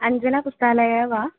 अञ्जनापुस्तकालयः वा